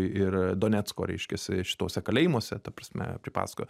ir donecko reiškiasi šituose kalėjimuose ta prasme pripasakojo